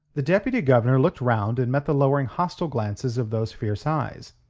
the deputy-governor looked round and met the lowering hostile glances of those fierce eyes.